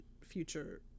future